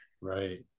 Right